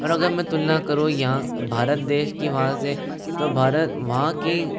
और अगर मैं तुलना करूँ यहाँ भारत देश की वहाँ से तो भारत वहाँ की